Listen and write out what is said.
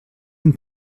and